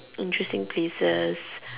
interesting places